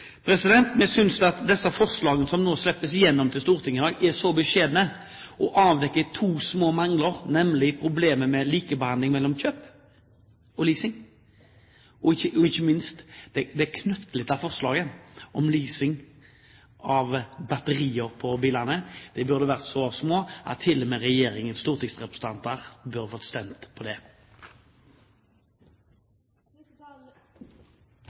Vi synes at disse forslagene som slippes igjennom til Stortinget i dag, er beskjedne og avdekker to små mangler, nemlig problemet med likebehandling mellom kjøp og leasing, ikke minst det knøttlille forslaget om leasing av batterier på bilene. De er så små at til og med regjeringspartienes stortingsrepresentanter burde kunne stemme på